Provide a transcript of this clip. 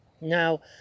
Now